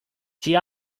she